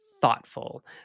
thoughtful